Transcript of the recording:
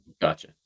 gotcha